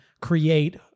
create